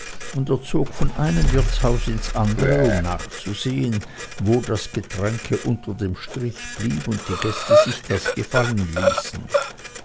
er zog von einem wirtshaus ins andere um nachzusehen wo das getränke unter dem strich blieb und die gäste sich das gefallen ließen